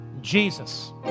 Jesus